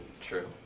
True